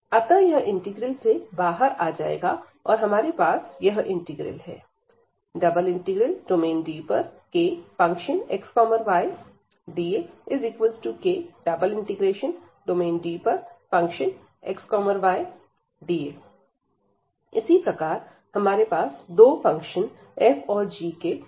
अतः यह इंटीग्रल से बाहर आ जाएगा और हमारे पास यह इंटीग्रल है ∬DkfxydAk∬DfxydA इसी प्रकार हमारे पास दो फंक्शन f और g के एडिशन या डिफरेंस है